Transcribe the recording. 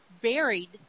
buried